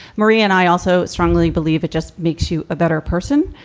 marie-anne, i also strongly believe it just makes you a better person.